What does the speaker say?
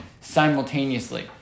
simultaneously